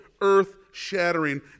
earth-shattering